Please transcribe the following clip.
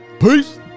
Peace